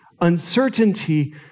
Uncertainty